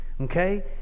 Okay